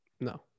No